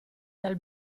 dal